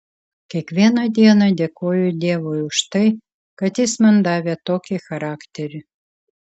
kiekvieną dieną dėkoju dievui už tai kad jis man davė tokį charakterį